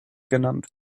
genannt